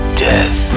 death